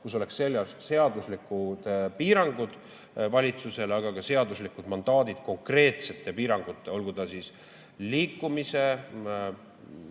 kus oleks selged seaduslikud piirangud, aga valitsusele ka seaduslikud mandaadid konkreetsete piirangute, olgu need siis liikumine